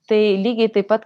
tai lygiai taip pat